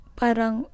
parang